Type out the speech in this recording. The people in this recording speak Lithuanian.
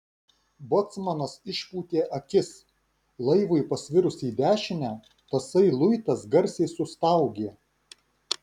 bocmanas išpūtė akis laivui pasvirus į dešinę tasai luitas garsiai sustaugė